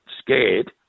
scared